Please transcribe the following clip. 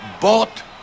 bought